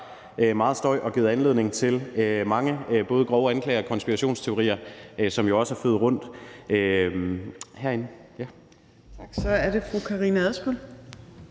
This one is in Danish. meget støj og givet anledning til mange grove anklager og konspirationsteorier, som også har flydt rundt herinde. Kl. 14:01 Tredje